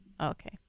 okay